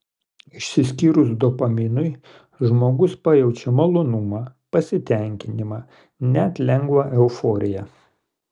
išsiskyrus dopaminui žmogus pajaučia malonumą pasitenkinimą net lengvą euforiją